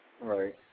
Right